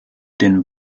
den